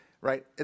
right